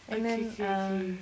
ookay K okay